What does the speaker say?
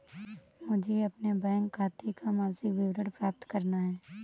मुझे अपने बैंक खाते का मासिक विवरण प्राप्त करना है?